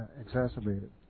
exacerbated